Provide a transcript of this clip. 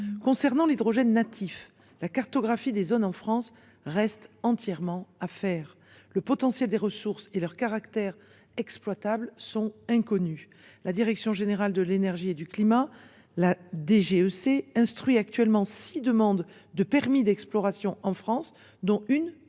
concerne l’hydrogène natif, la cartographie des zones concernées en France reste entièrement à réaliser ; le potentiel des ressources et leur caractère exploitable sont inconnus. La direction générale de l’énergie et du climat (DGEC) instruit actuellement six demandes de permis d’exploration en France, dont une concerne